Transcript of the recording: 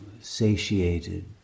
satiated